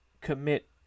commit